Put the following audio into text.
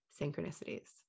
synchronicities